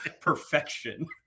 perfection